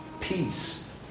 peace